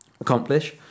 accomplish